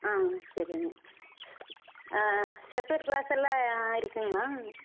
ஆ சரிங்க ஆ special class எல்லாம் இருக்குங்களா